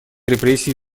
репрессий